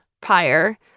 prior